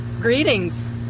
Greetings